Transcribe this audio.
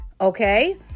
Okay